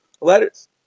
letters